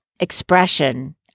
expression